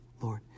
Lord